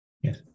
Yes